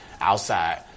outside